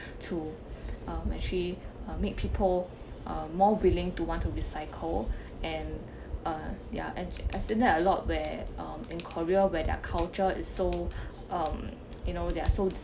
to uh actually uh make people uh more willing to want to recycle and uh ya and I I seen a lot where um in korea where their culture is so um you know there are